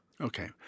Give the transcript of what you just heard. Okay